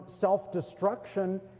self-destruction